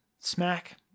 Smack